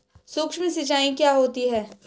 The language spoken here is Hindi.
सुक्ष्म सिंचाई क्या होती है?